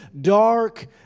dark